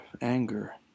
anger